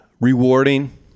Rewarding